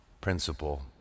principle